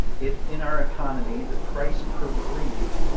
if in our economy the price per greeb,